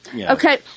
Okay